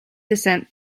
descent